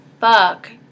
fuck